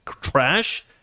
trash